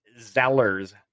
Zellers